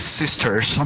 sisters